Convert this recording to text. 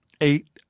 Eight